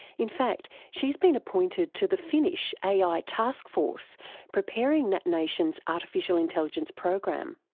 in fact, she's been appointed to the finnish ai taskforce preparing that nation's artificial intelligence program.